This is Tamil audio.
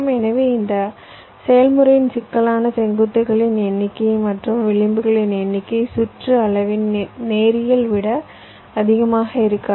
எனவே இந்த செயல்முறையின் சிக்கலானது செங்குத்துகளின் எண்ணிக்கை மற்றும் விளிம்புகளின் எண்ணிக்கை சுற்று அளவின் நேரியல் விட அதிகமாக இருக்காது